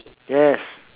yes